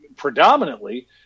predominantly